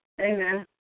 Amen